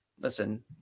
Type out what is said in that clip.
listen